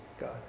God